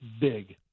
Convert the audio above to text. big